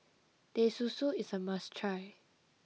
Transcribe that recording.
Teh Susu is a must try